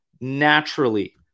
Naturally